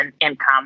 income